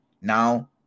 now